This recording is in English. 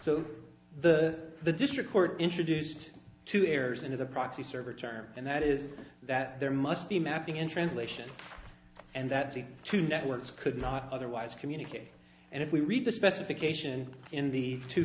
so the the district court introduced two errors into the proxy server terms and that is that there must be a mapping in translation and that the two networks could not otherwise communicate and if we read the specification in the two